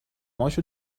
هاشو